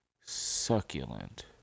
succulent